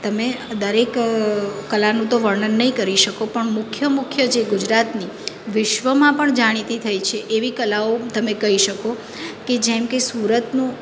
તમે દરેક કલાનું તો વર્ણન તો નહીં કરી શકો પણ મુખ્ય મુખ્ય જે ગુજરાતની વિશ્વમાં પણ જાણીતી થઈ છે એવી કલાઓ તમે કઈ શકો કે જેમ કે સુરતનું